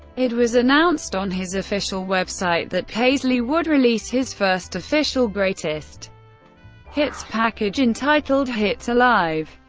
it was announced on his official website that paisley would release his first official greatest hits package, entitled hits alive.